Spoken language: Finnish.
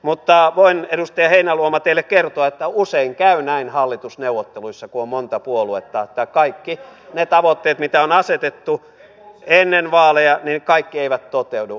mutta voin edustaja heinäluoma teille kertoa että usein käy näin hallitusneuvotteluissa kun on monta puoluetta että kaikki ne tavoitteet mitä on asetettu ennen vaaleja eivät toteudu